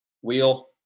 Wheel